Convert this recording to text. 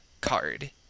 card